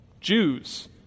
Jews